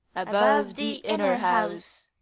above the inner house,